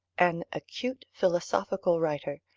an acute philosophical writer,